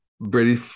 Brady